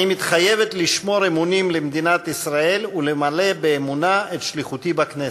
אני מתחייבת לשמור אמונים למדינת ישראל ולמלא באמונה את שליחותי בכנסת.